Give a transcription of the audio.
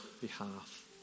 behalf